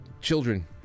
Children